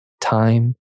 time